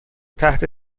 تحت